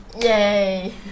Yay